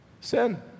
Sin